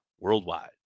worldwide